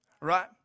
right